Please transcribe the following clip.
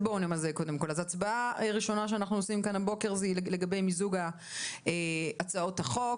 אז הצבעה ראשונה הבוקר זה לגבי מיזוג הצעות החוק.